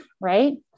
right